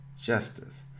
justice